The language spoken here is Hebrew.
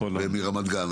תל-אביב ורמת-גן.